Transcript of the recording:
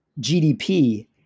GDP